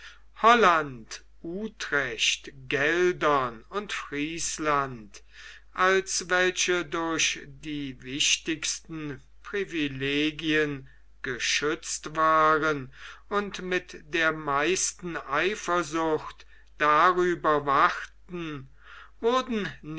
holland utrecht geldern und friesland als welche durch die wichtigsten privilegien geschützt waren und mit der meisten eifersucht darüber wachten wurden